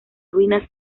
ruinas